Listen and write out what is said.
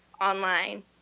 online